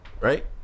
right